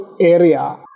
area